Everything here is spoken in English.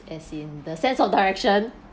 as in the sense of direction